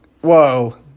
Whoa